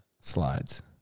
Slides